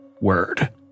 Word